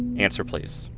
answer, please